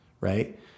Right